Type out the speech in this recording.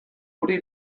guri